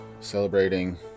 celebrating